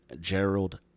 Gerald